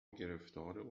گرفتار